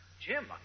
Jim